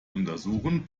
untersuchen